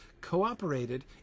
cooperated